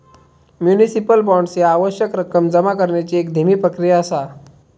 municipal bonds ह्या आवश्यक रक्कम जमा करण्याची एक धीमी प्रक्रिया असा